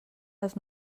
les